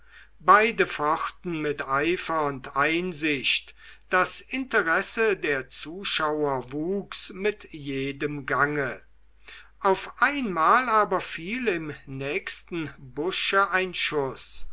beide fochten mit eifer und einsicht das interesse der zuschauer wuchs mit jedem gange auf einmal aber fiel im nächsten busche ein schuß